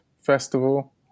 festival